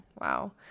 Wow